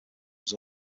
was